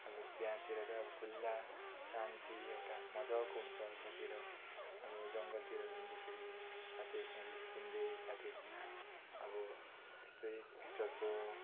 अब त्यहाँतिर त अब खुला शान्ति एउटा मजाको हुन्छ त्यहाँतिर अब जङ्गलतिर जाँदाखेरि साथीहरूसँग जिस्किँदै साथीहरूसँग अब यस्तै पिक्चरको